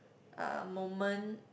uh moment